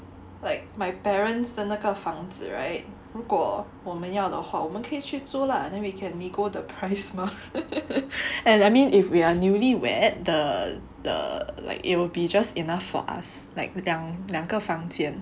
like my parents 的那个房子 right 如果我们要的话我们可以去租 lah then we can nego the price mah and I mean if we are newly wed the the like it'll be just enough for us like 两两个房间